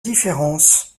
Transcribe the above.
différences